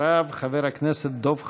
ואחריו, חבר הכנסת דב חנין.